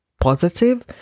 positive